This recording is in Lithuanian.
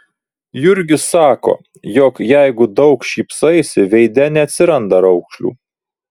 jurgis sako jog jeigu daug šypsaisi veide neatsiranda raukšlių